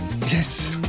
Yes